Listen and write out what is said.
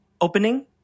opening